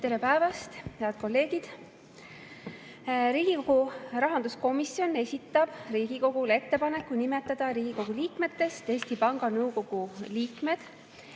Tere päevast, head kolleegid! Riigikogu rahanduskomisjon esitab Riigikogule ettepaneku nimetada Riigikogu liikmetest Eesti Panga Nõukogu liikmed.